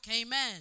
Amen